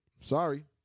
Sorry